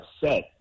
set